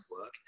work